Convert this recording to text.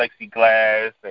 plexiglass